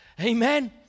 Amen